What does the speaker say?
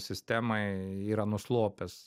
sistemai yra nuslopęs